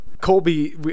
Colby